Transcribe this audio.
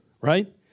Right